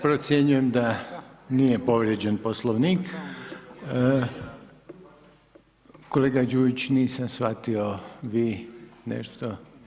Procjenjujem da nije povrijeđen poslovnik, kolega Đujić, nisam shvatio, vi nešto.